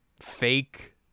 fake